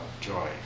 joy